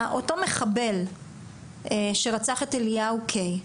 אותו מחבל שרצח את אליהו קיי,